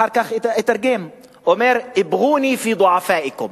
אחר כך אתרגם: אִבְּע'וּנִי פִי צֻ'עַפַאאִכֻּם,